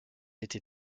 été